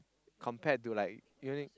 compared to like you think